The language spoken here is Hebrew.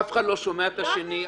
אף אחד לא שומע את השני,